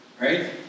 right